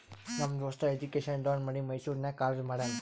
ನಮ್ ದೋಸ್ತ education loan ಮಾಡಿ ಮೈಸೂರು ನಾಗ್ ಕಾಲೇಜ್ ಮಾಡ್ಯಾನ್